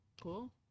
Cool